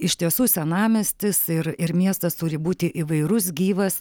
iš tiesų senamiestis ir ir miestas turi būti įvairus gyvas